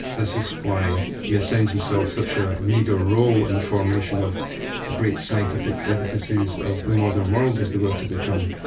this is why he assigns himself such a meagre role in the formation of the great scientific edifices of the modern world, as they were to become.